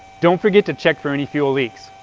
don't forget to check for any fuel leaks.